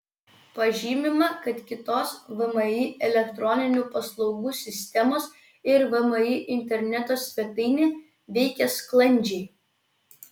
pažymima kad kitos vmi elektroninių paslaugų sistemos ir vmi interneto svetainė veikia sklandžiai